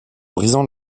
brisant